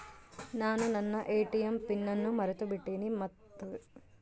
ನಾನು ನನ್ನ ATM pin ಅನ್ನು ಮರೆತುಬಿಟ್ಟೇನಿ ಅದನ್ನು ಮತ್ತೆ ಸರಿ ಮಾಡಾಕ ನೇವು ಸಹಾಯ ಮಾಡ್ತಿರಾ?